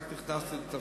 רק נכנסתי לתפקיד.